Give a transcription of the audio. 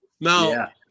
Now